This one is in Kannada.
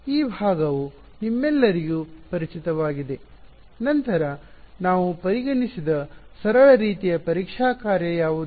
ಆದ್ದರಿಂದ ಈ ಭಾಗವು ನಿಮ್ಮೆಲ್ಲರಿಗೂ ಪರಿಚಿತವಾಗಿದೆ ನಂತರ ನಾವು ಪರಿಗಣಿಸಿದ ಸರಳ ರೀತಿಯ ಪರೀಕ್ಷಾ ಕಾರ್ಯ ಯಾವುದು